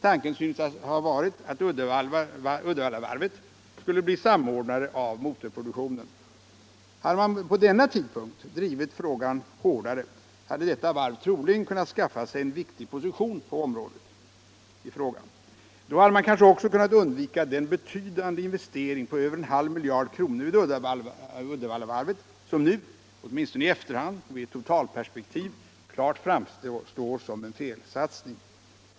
Tanken synes ha varit att Uddevallavarvet skulle bli samordnare av motorproduktionen. Hade man på denna tidpunkt drivit frågan hårdare hade detta varv troligen kunnat skaffa sig en viktig position inom området i fråga. Då hade man kanske också kunnat undvika den betydande investering på över en halv miljard vid Uddevallavarvet som nu — åtminstone i efterhand och i ett totalperspektiv — klart framstår som en felsatsning.